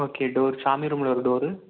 okay door சாமி ரூமில் ஒரு டோரு